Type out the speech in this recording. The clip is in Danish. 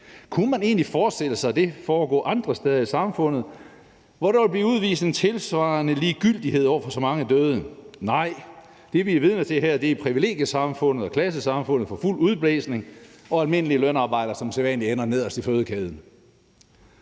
Kunne man egentlig forestille sig det foregå andre steder i samfundet, hvor der ville blive udvist en tilsvarende ligegyldighed over for så mange døde? Nej, det, vi er vidne til her, er privilegiesamfundet og klassesamfundet for fuld udblæsning, hvor almindelige lønarbejdere som sædvanlig ender nederst i fødekæden.